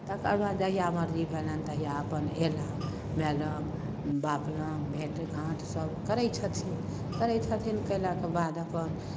तकर बाद जहिया मर्जी भेलनि तहिया अपन अयला माय लग बाप लग भेँट घाँट सभ करै छथिन करै छथिन कयलाके बाद अपन